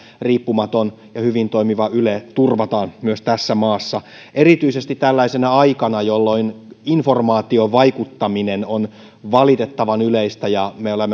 riippumaton ja hyvin toimiva yle turvataan myös tässä maassa erityisesti tällaisena aikana jolloin informaatiovaikuttaminen on valitettavan yleistä me olemme